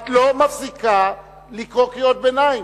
את לא מפסיקה לקרוא קריאות ביניים.